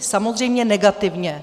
Samozřejmě negativně!